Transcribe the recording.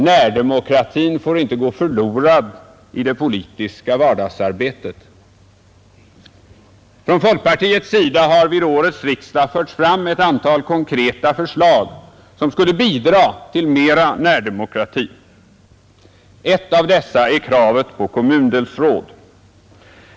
Närdemokratin fär inte gå förlorad i det politiska vardagsarbetet. Från folkpartiets sida har vid årets riksdag förts fram ett antal konkreta förslag som skulle bidra till mera närdemokrati. Ett av dessa är kravet på kommundelsråd.